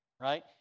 Right